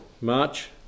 march